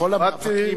באתי,